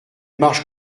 marche